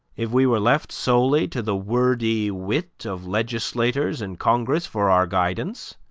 if we were left solely to the wordy wit of legislators in congress for our guidance,